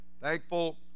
Thankful